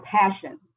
passion